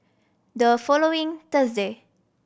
the following Thursday